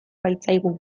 baitzaigu